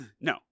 no